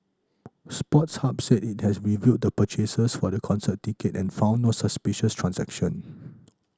Sports Hub said it has reviewed the purchases for the concert ticket and found no suspicious transactions